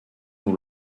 nous